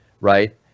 right